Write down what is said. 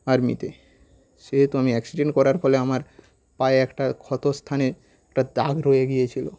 আর্মিতে সেহেতু আমি অ্যাক্সিডেন্ট করার ফলে আমার পায়ে একটা ক্ষতস্থানে একটা দাগ রয়ে গিয়েছিলো